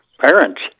parents